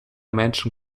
menschen